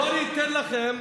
בואו, אני אתן לכם,